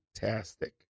Fantastic